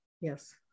Yes